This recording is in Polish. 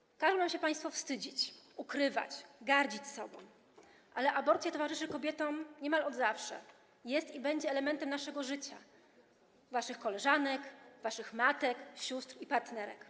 Państwo każą nam się wstydzić, ukrywać, gardzić sobą, ale aborcja towarzyszy kobietom niemal od zawsze, jest i będzie elementem naszego życia, waszych koleżanek, waszych matek, sióstr i partnerek.